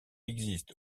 existe